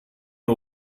her